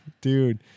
Dude